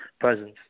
presence